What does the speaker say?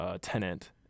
tenant